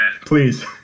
Please